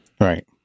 Right